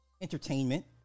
entertainment